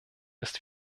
ist